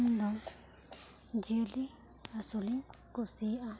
ᱤᱧ ᱫᱚ ᱡᱤᱭᱟᱹᱞᱤ ᱟᱥᱩᱞᱤᱧ ᱠᱩᱥᱤᱭᱟᱜ ᱟ